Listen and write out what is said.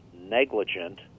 negligent